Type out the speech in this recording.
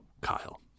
Kyle